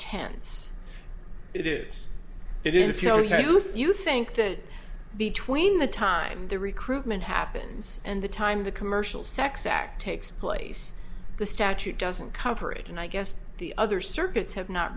tense it is it is you know how do you think that between the time the recruitment happens and the time the commercial sex act takes place the statute doesn't cover it and i guess the other circuits have not